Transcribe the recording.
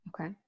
okay